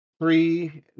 three